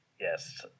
Yes